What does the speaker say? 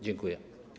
Dziękuję.